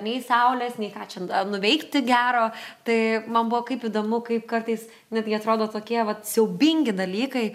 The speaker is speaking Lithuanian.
nei saulės nei ką čia dar nuveikti gero tai man buvo kaip įdomu kaip kartais netgi atrodo tokie vat siaubingi dalykai